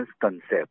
concept